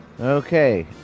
Okay